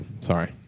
sorry